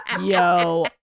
yo